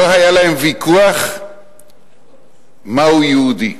לא היה להם ויכוח מהו יהודי.